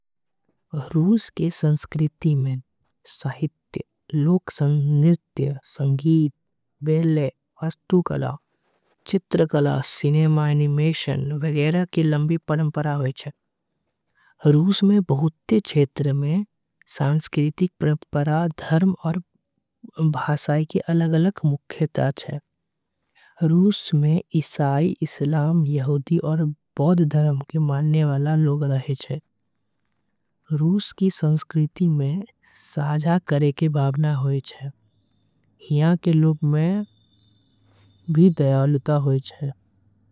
रूस के संस्कृति में साहित्य लोक सह नृत्य। संगीत वास्तुकला चित्रकला सिनेमा एनीमेशन। के लंबी परंपरा होय छीये रूस में बहुत क्षेत्र में। सांस्कृतिक परंपरा धर्म भाषा के अलग अलग। मुख्यता हे रूस में ईसाई इस्लाम यहूदी आऊ। बौद्ध धर्म के मानने वाला लोग रहे छे रूस के। संस्कृति में साझा करे के भावना होवे हे। यहां के लोग मन में दयालुता होई छीये।